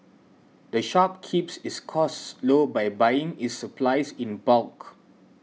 the shop keeps its costs low by buying its supplies in bulk